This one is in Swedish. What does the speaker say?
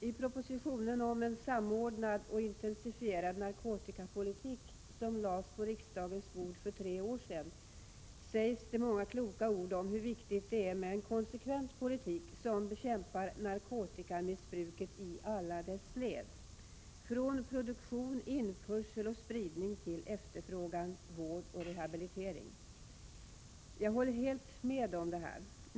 I propositionen om en samordnad och intensifierad narkotikapolitik, som lades på riksdagens bord för tre år sedan, sägs det många kloka ord om hur viktigt det är med en konsekvent politik genom vilken man bekämpar narkotikamissbruket i alla dess led — från produktion, införsel och spridning till efterfrågan, vård och rehabilitering. Jag håller helt med om detta.